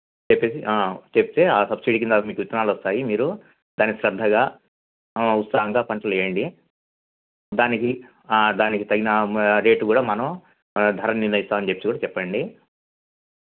చెప్పి చెప్తే ఆ సబ్సిడీ కింద మీకు విత్తనాలు వస్తాయి మీరు దాన్ని శ్రద్దగా ఉత్సాహంగా పంటలు వేయండి దానికి దానికి తగిన రేటు కూడా మనం ధర నిర్ణయిస్తాం అని చెప్పి కూడా చెప్పండి